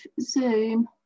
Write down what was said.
Zoom